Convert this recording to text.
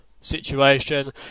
situation